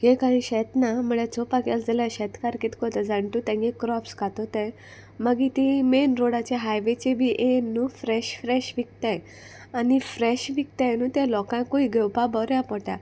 हें कांय शेत ना म्हुळ्यार चोवपा गेल जाल्यार शेतकार कित कोत्ताय जाण तूं तेंगे क्रॉप्स कातोताय मागीर तीं मेन रोडाचेर हायवेचे बी येयन न्हू फ्रेश फ्रेश विकताय आनी फ्रेश विकताय न्हू तें लोकांकूय घेवपा बोऱ्या पोडटा